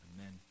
amen